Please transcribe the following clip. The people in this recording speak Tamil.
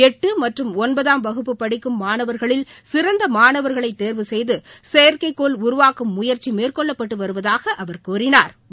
எட்டு மற்றும் ஒன்பதாம் வகுப்பு படிக்கும் மாணவா்களில் சிறந்த மாணா்களை தேர்வு செய்து செயற்கைக்கோள் உருவாக்கும் முயற்சி மேற்கொள்ளப்பட்டு வருவதூக அவா் கூறினாா்